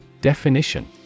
Definition